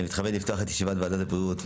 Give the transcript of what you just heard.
אני מתכבד לפתוח את ישיבת ועדת הבריאות,